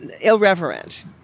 irreverent